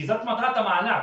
כי זו מטרת המענק,